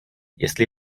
jestli